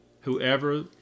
whoever